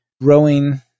growing